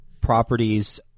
properties